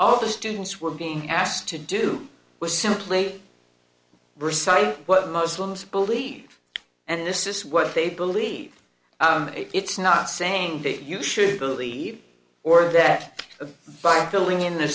all the students were being asked to do was simply recite what most limbs believe and this is what they believe it's not saying that you shouldn't believe or that by filling in th